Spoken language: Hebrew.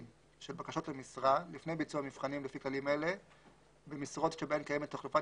של בקשות למשרה לפני ביצוע מבחנים במשרות בהן קיימת תחלופה